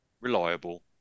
reliable